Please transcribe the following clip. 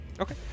Okay